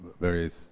various